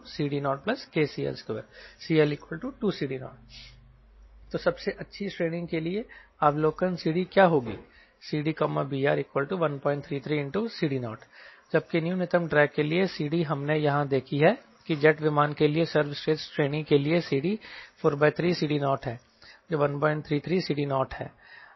CD0kCL2 CL2CD0 तो सबसे अच्छी श्रेणी के लिए अवलोकन CD क्या होगी CDBR133CD0 जबकि न्यूनतम ड्रैग के लिए CD हमने यहां देखी है कि जेट विमान के लिए सर्वश्रेष्ठ श्रेणी के लिए CD 43CD0 है जो 133CD0 है